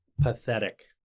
Pathetic